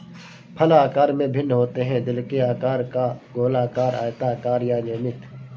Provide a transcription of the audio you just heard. फल आकार में भिन्न होते हैं, दिल के आकार का, गोलाकार, आयताकार या अनियमित